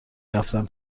رفتن